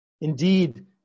Indeed